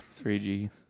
3G